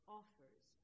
offers